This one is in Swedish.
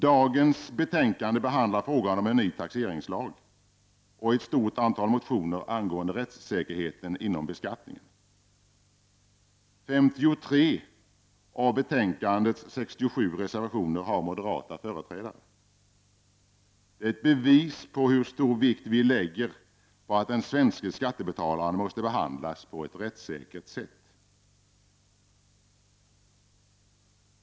Dagens betänkande behandlar frågan om en ny taxeringslag och ett stort antal motioner angående rättssäkerheten inom beskattningen. 53 av betänkandets 67 reservationer har moderata företrädare. Det är ett bevis på hur stor vikt vi lägger vid att den svenske skattebetalaren behandlas på ett rättssäkert sätt.